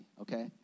okay